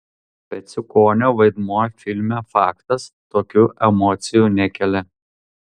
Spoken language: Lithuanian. peciukonio vaidmuo filme faktas tokių emocijų nekelia